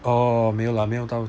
orh 没有 lah 没有到